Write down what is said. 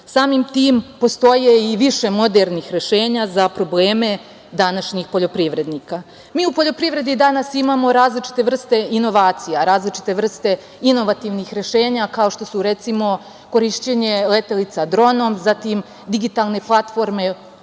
Samim tim postoji i više modernih rešenja za probleme današnjih poljoprivrednika. Mi u poljoprivredi danas imamo različite vrste inovacija, različite vrste inovativnih rešenja, kao što su recimo korišćenje letelica dronom, zatim digitalne platforme,